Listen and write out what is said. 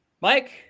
Mike